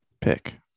Pick